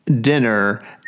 dinner